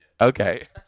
Okay